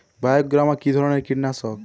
বায়োগ্রামা কিধরনের কীটনাশক?